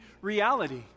reality